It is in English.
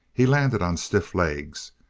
he landed on stiff legs,